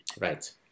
Right